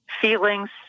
feelings